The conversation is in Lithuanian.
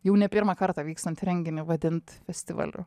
jau ne pirmą kartą vykstantį renginį vadint festivaliu